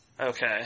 Okay